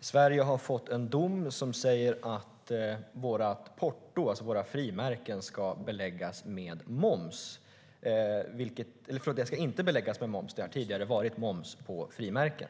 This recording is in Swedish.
Sverige alltså fått en dom som säger att vårt porto, våra frimärken, inte ska beläggas med moms. Det har tidigare varit moms på frimärken.